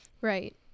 right